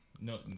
no